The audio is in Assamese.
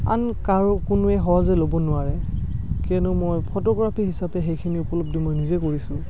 আন কাৰো কোনোৱে সহজে ল'ব নোৱাৰে কিয়নো মই ফটোগ্ৰাফী হিচাপে সেইখিনি উপলব্ধি মই নিজে কৰিছোঁ